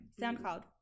SoundCloud